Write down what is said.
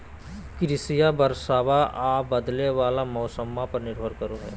कृषिया बरसाबा आ बदले वाला मौसम्मा पर निर्भर रहो हई